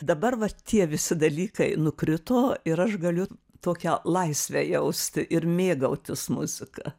dabar vat tie visi dalykai nukrito ir aš galiu tokią laisvę jausti ir mėgautis muzika